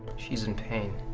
she's in pain.